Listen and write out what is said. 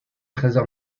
trésor